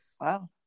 wow